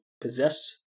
possess